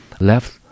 left